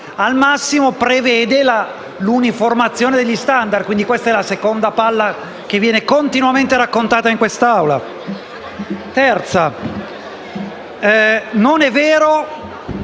al massimo prevede l'uniformazione degli *standard* - e questa è la seconda balla che viene continuamente raccontata in questa Assemblea. In terzo